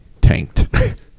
tanked